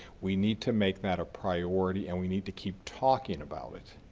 we need to make that a priority and we need to keep talking about it.